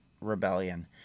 rebellion